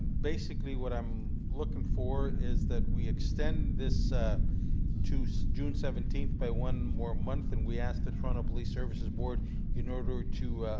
basically what i'm looking for is that we extend this ah to so june seventeenth, by one more month, and we ask the toronto police services board in order to